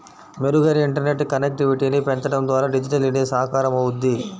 మెరుగైన ఇంటర్నెట్ కనెక్టివిటీని పెంచడం ద్వారా డిజిటల్ ఇండియా సాకారమవుద్ది